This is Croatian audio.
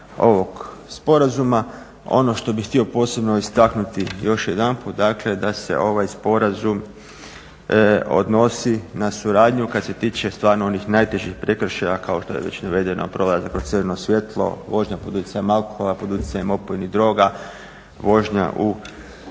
ovog sporazuma. Ono što bih htio posebno istaknuti još jedanput dakle da se ovaj sporazum odnosi na suradnju kad se tiče stvarno onih najtežih prekršaja kao što je već navedeno prolazak kroz crveno svjetlo, vožnja pod utjecajem alkohola, pod utjecajem opojnih droga, vožnja u